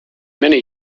many